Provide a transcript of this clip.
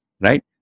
Right